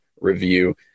review